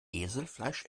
eselfleisch